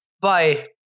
Bye